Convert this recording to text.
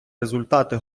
результати